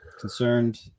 concerned